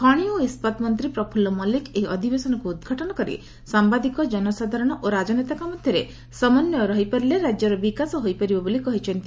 ଖଶି ଓ ଇସ୍ବାତ ମନ୍ତୀ ପ୍ରଫୁଲ୍ଲ ମଲ୍ଲିକ ଏହି ଅଧିବେଶନକୁ ଉଦ୍ଘାଟନ କରି ସାୟାଦିକ ଜନସାଧାରଣ ଓ ରାଜନେତାଙ୍କ ମଧ୍ୟରେ ସମନ୍ୟ ରହିପାରିଲେ ରାଜ୍ୟର ବିକାଶ ହୋଇପାରିବ ବୋଲି କହିଛନ୍ତି